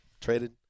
traded